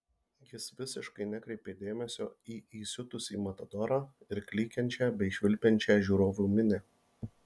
jis visiškai nekreipė dėmesio į įsiutusį matadorą ir klykiančią bei švilpiančią žiūrovų minią